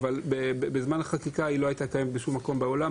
אבל בזמן החקיקה היא לא הייתה קיימת בשום מקום בעולם.